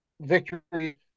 victory